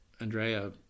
Andrea